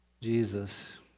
Jesus